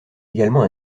également